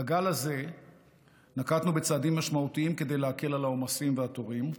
בגל הזה נקטנו צעדים משמעותיים כדי להקל את העומסים והתורים.